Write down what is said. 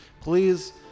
Please